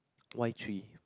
why three